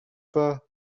pas